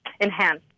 enhance